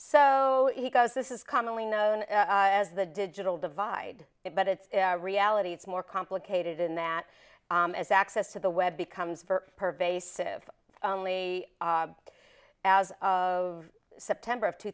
so he goes this is commonly known as the digital divide it but it's reality is more complicated in that as access to the web becomes for pervasive only as of september of two